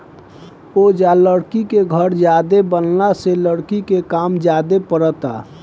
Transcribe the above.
ओजा लकड़ी के घर ज्यादे बनला से लकड़ी के काम ज्यादे परता